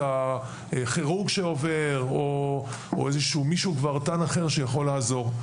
הכירורג שעובר או איזה גברתן אחר שיכול לעזור.